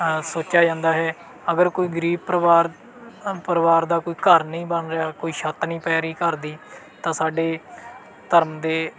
ਸੋਚਿਆ ਜਾਂਦਾ ਹੈ ਅਗਰ ਕੋਈ ਗਰੀਬ ਪਰਿਵਾਰ ਅ ਪਰਿਵਾਰ ਦਾ ਕੋਈ ਘਰ ਨਹੀਂ ਬਣ ਰਿਹਾ ਕੋਈ ਛੱਤ ਨਹੀਂ ਪੈ ਰਹੀ ਘਰ ਦੀ ਤਾਂ ਸਾਡੇ ਧਰਮ ਦੇ